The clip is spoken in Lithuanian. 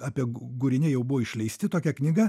apie gūriniai jau buvo išleisti tokia knyga